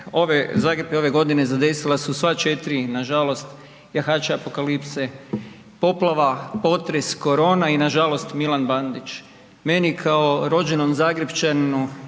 Zagreb je ove godine zadesila su sva 4 nažalost jahača apokalipse, poplava, potres, korona i nažalost Milan Bandić. Meni kao rođenom Zagrepčaninu